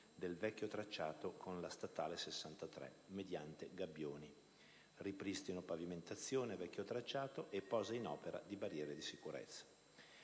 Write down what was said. del vecchio tracciato con la strada statale 63 mediante gabbioni, ripristino pavimentazione del vecchio tracciato e posa in opera di barriere di sicurezza.